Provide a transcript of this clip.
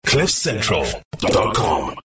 cliffcentral.com